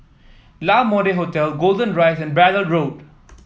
La Mode Hotel Golden Rise and Braddell Road